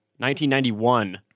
1991